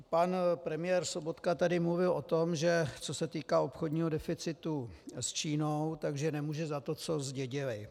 Pan premiér Sobotka tady mluvil o tom, že co se týká obchodního deficitu s Čínou, tak že nemůže za to, co zdědili.